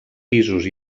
pisos